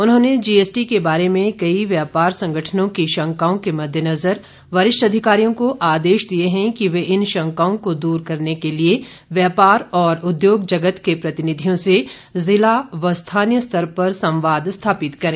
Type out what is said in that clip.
उन्होंने जीएसटी के बारे में कई व्यापार संगठनों की शंकाओं के मद्देनजर वरिष्ठ अधिकारियों को आदेश दिये है कि वे इन शंकाओं को दूर करने के लिए व्यापार और उद्योग जगत के प्रतिनिधियों से जिला और स्थानीय स्तर पर संवाद स्थापित करें